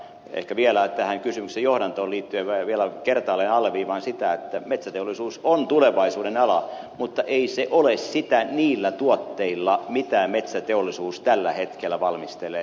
ehkä tähän kysymyksen johdantoon liittyen vielä kertaalleen alleviivaan sitä että metsäteollisuus on tulevaisuuden ala mutta ei se ole sitä niillä tuotteilla mitä metsäteollisuus tällä hetkellä valmistelee